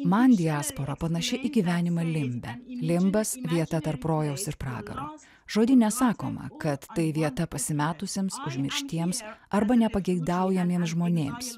man diaspora panaši į gyvenimą limbe limbas vietą tarp rojaus ir pragaro žodyne sakoma kad tai vieta pasimetusiems užmirštiems arba nepageidaujamiems žmonėms